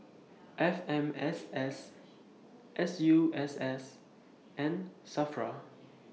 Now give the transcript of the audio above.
F M S S S U S S and SAFRA